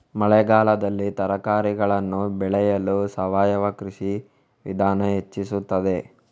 ಮಳೆಗಾಲದಲ್ಲಿ ತರಕಾರಿಗಳನ್ನು ಬೆಳೆಯಲು ಸಾವಯವ ಕೃಷಿಯ ವಿಧಾನ ಹೆಚ್ಚಿಸುತ್ತದೆ?